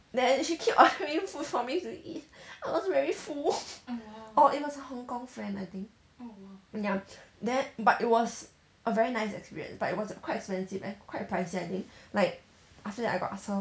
then she keep ordering food for me to eat I was very full orh it was a hong kong friend I think ya then but it was a very nice experience but it was quite expensive and quite pricey I think like after that I got ask her